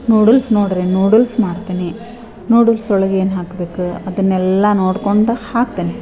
noodles ನೋಡಿರಿ noodles ಮಾಡ್ತೀನಿ noodles ಒಳಗೆ ಏನು ಹಾಕ್ಬೇಕು ಅದನ್ನೆಲ್ಲ ನೋಡಿಕೊಂಡು ಹಾಕ್ತೀನಿ